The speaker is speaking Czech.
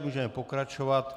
Můžeme pokračovat.